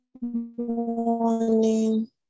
morning